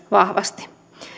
vahvasti